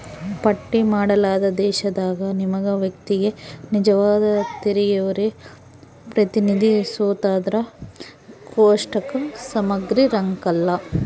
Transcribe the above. ಪಟ್ಟಿ ಮಾಡಲಾದ ದೇಶದಾಗ ನಿಗಮ ವ್ಯಕ್ತಿಗೆ ನಿಜವಾದ ತೆರಿಗೆಹೊರೆ ಪ್ರತಿನಿಧಿಸೋದ್ರಾಗ ಕೋಷ್ಟಕ ಸಮಗ್ರಿರಂಕಲ್ಲ